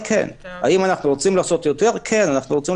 האם אנחנו רוצים לעשות יותר כן.